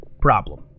problem